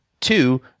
Two